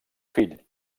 fill